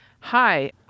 Hi